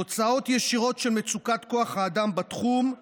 תוצאות ישירות של מצוקת כוח האדם בתחום, היא